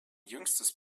jüngstes